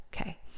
Okay